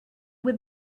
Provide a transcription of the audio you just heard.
with